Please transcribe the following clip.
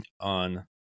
on